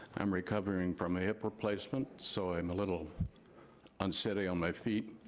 i'm recovering from a hip replacement, so i'm a little unsteady on my feet.